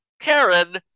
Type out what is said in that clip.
Karen